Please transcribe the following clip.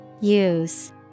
Use